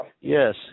Yes